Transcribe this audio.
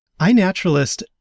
iNaturalist